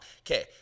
Okay